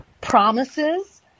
promises